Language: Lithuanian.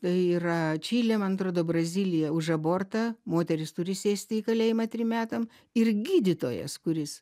tai yra čilė man atrodo brazilija už abortą moteris turi sėsti į kalėjimą trim metam ir gydytojas kuris